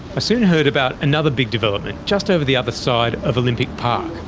ah soon heard about another big development just over the other side of olympic park.